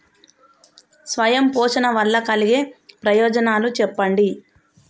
స్వయం పోషణ వల్ల కలిగే ప్రయోజనాలు చెప్పండి?